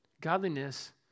Godliness